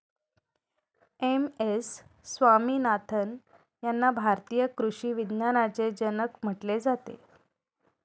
M S Swaminathan यांना भारतीय कृषी विज्ञानाचे जनक म्हटले जाते